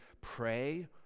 pray